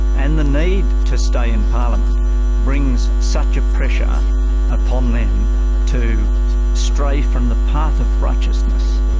and the need to stay in parliament brings such a pressure upon them to stray from the path of righteousness.